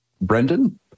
Brendan